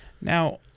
now